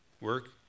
work